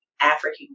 African